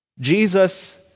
Jesus